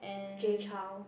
Jay-Chou